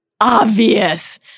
obvious